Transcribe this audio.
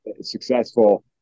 successful